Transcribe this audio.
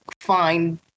find